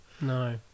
No